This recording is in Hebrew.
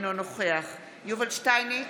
אינו נוכח יובל שטייניץ,